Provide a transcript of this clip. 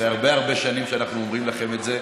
אחרי הרבה הרבה שנים שאנחנו אומרים לכם את זה,